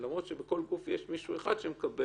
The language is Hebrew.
למרות שבכל גוף יש מישהו אחד שמקבל,